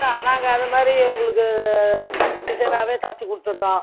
நாங்கள் அதுமாதிரி உங்களுக்கு டிசைனாகவே தைச்சு கொடுத்துட்றோம்